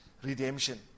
redemption